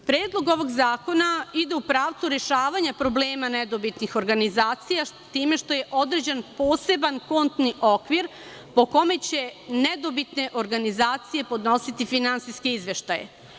Predlog ovog zakona ide u pravcu rešavanja problema nedobitnih organizacija, s time što je određen poseban kontni okvir, po kome će nedobitne organizacije podnositi finansijske izveštaje.